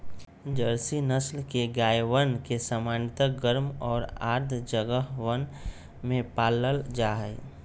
Jersey नस्ल के गायवन के सामान्यतः गर्म और आर्द्र जगहवन में पाल्ल जाहई